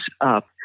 up